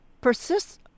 persists